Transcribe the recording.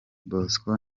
bosco